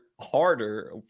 harder